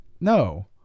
no